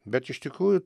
bet iš tikrųjų